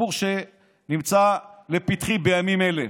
סיפור שנמצא לפתחי בימים אלה.